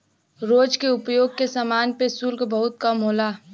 रोज के उपयोग के समान पे शुल्क बहुत कम होला